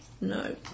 No